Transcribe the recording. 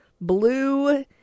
Blue